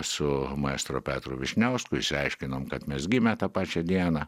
su maestro petru vyšniausku išsiaiškinom kad mes gimę tą pačią dieną